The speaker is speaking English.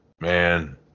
man